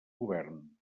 govern